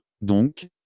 Donc